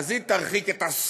אז היא תרחיק את השמאלנים,